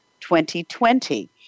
2020